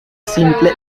simple